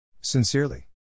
Sincerely